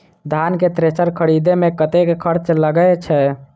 धान केँ थ्रेसर खरीदे मे कतेक खर्च लगय छैय?